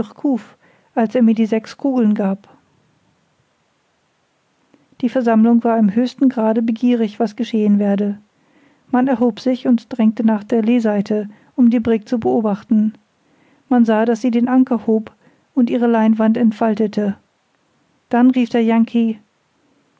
als er mir die sechs kugeln gab die versammlung war im höchsten grade begierig was geschehen werde man erhob sich und drängte nach der leeseite um die brigg zu beobachten man sah daß sie den anker hob und ihre leinwand entfaltete dann rief der